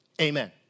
Amen